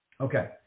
okay